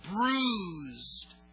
bruised